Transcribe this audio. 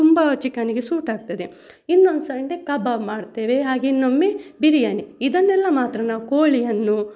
ತುಂಬಾ ಚಿಕನ್ನಿಗೆ ಸೂಟ್ ಆಗ್ತದೆ ಇನ್ನೊಂದು ಸಂಡೇ ಕಬಾಬ್ ಮಾಡುತ್ತೇವೆ ಹಾಗೆ ಇನ್ನೊಮ್ಮೆ ಬಿರಿಯಾನಿ ಇದನ್ನೆಲ್ಲ ಮಾತ್ರ ನಾವು ಕೋಳಿಯನ್ನು